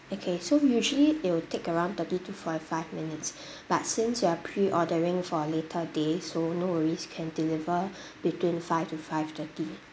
okay so usually it will take around thirty to forty five minutes but since you are pre ordering for later days so no worries can deliver between five to five thirty